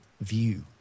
view